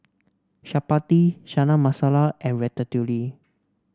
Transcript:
Chapati Chana Masala and Ratatouille